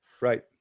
right